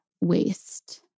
waste